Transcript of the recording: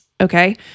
okay